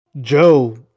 Joe